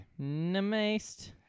Namaste